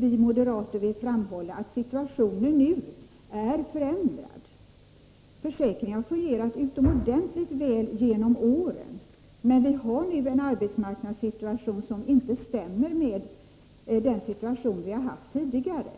vi moderater vill framhålla att situationen nu är förändrad. Försäkringarna har fungerat utomordentligt väl genom åren, men vi har nu en arbetsmarknadssituation som inte stämmer överens med den situation som vi haft tidigare.